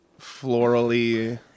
florally